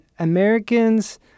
Americans